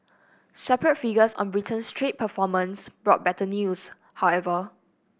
separate figures on Britain's trade performance brought better news however